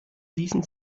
ließen